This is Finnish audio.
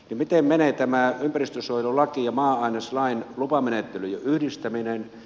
miten menee tämä ympäristönsuojelulain ja maa aineslain lupamenettelyjen yhdistäminen